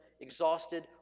exhausted